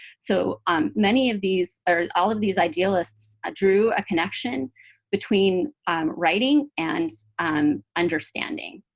so um many of these, or all of these idealists ah drew a connection between um writing and um understanding.